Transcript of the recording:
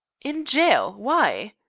in jail. why?